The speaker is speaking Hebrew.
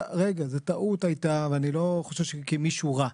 הייתה טעות, ואני לא חושב שהיא קרתה כי מישהו רע.